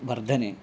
वर्धने